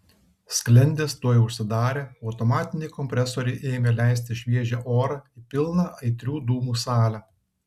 sklendės tuoj užsidarė automatiniai kompresoriai ėmė leisti šviežią orą į pilną aitrių dūmų salę